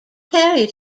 carried